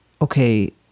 okay